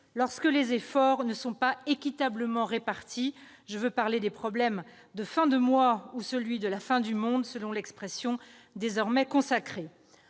lorsque les efforts n'étaient pas équitablement répartis. Je veux parler des problèmes de « la fin du mois » et de celui de « la fin du monde », selon l'expression désormais consacrée.